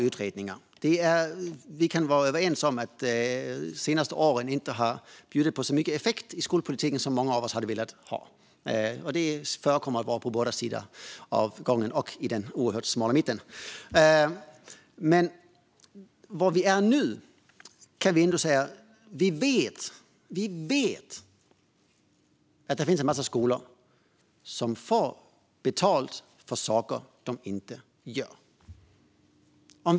Utredningar är bra. Vi kan vara överens om att skolpolitiken de senaste åren inte gett så mycket effekt som många av oss skulle ha velat se. Det gäller för båda sidor och den oerhört smala mitten. Men vi vet att det finns en massa skolor som får betalt för saker de inte gör.